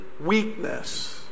weakness